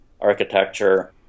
architecture